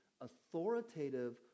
authoritative